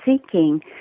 seeking